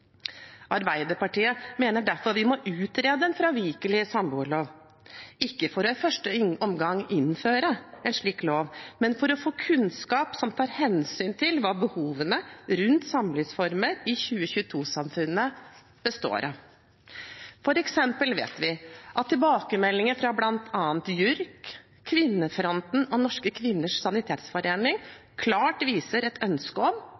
Arbeiderpartiet mener derfor at vi må utrede en fravikelig samboerlov, ikke for i første omgang å innføre en slik lov, men for å få kunnskap som tar hensyn til hva behovene rundt samlivsformer i 2022-samfunnet består av. For eksempel vet vi at tilbakemeldinger fra bl.a. JURK, Kvinnefronten og Norske Kvinners Sanitetsforening klart viser et ønske om,